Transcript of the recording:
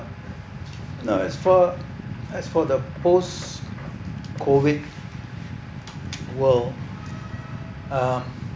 now as far as for the post COVID world um